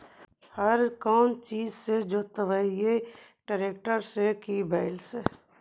हर कौन चीज से जोतइयै टरेकटर से कि बैल से?